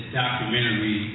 documentary